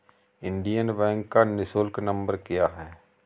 Indian bank का निःशुल्क number क्या है?